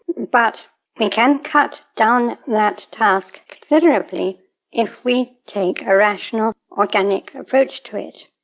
but we can cut down that task considerably if we take a rational organic approach to it.